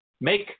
Make